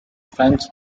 french